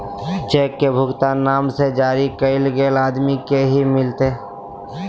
cheque के भुगतान नाम से जरी कैल गेल आदमी के ही मिलते